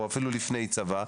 או אפילו לפני צבא,